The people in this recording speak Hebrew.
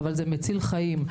אבל זה מציל חיים.